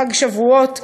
בחג השבועות,